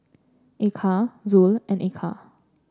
Eka Zul and Eka